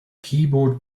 keyboard